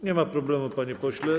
Nie ma problemu, panie pośle.